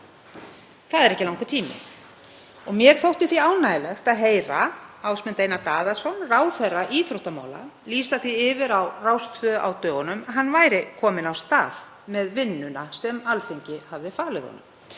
Það er ekki langur tími. Mér þótti því ánægjulegt að heyra Ásmund Einar Daðason, ráðherra íþróttamála, lýsa því yfir á Rás 2 á dögunum að hann væri kominn af stað með vinnuna sem Alþingi hafði falið honum.